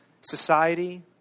society